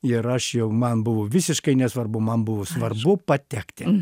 ir aš jau man buvo visiškai nesvarbu man buvo svarbu patekti